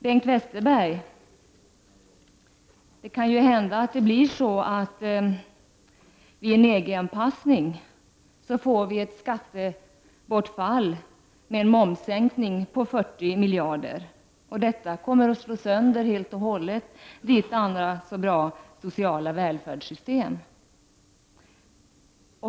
Bengt Westerberg! Det kan ju hända att vi vid en EG-anpassning på grund av en momssänkning får ett skattebortfall om 40 miljarder kronor. Detta kommer att helt och hållet slå sönder vårt sociala välfärdssystem, som Bengt Westerberg talar så vackert om.